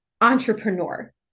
entrepreneur